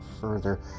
further